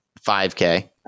5k